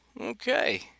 Okay